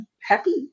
happy